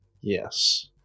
Yes